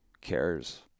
cares